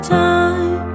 time